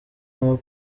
hamwe